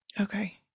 Okay